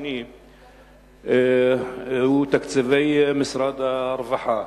השני הוא תקציבי משרד הרווחה.